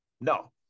No